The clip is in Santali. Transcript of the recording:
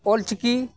ᱚᱞ ᱪᱤᱠᱤ